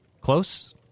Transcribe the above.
Close